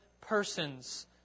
person's